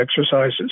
exercises